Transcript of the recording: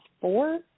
four